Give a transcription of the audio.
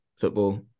football